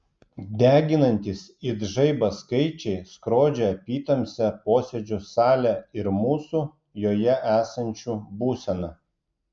deginantys it žaibas skaičiai skrodžia apytamsę posėdžių salę ir mūsų joje esančių būseną